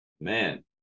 Man